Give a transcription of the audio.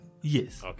Yes